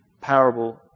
parable